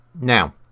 Now